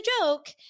joke